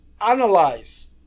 analyze